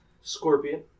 Scorpion